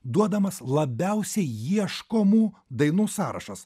duodamas labiausiai ieškomų dainų sąrašas